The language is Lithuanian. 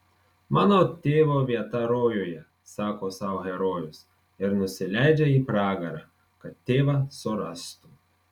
mano tėvo vieta rojuje sako sau herojus ir nusileidžia į pragarą kad tėvą surastų